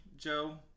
joe